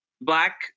Black